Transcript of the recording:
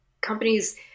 companies